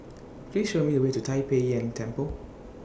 Please Show Me The Way to Tai Pei Yuen Temple